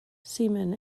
seaman